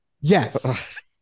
Yes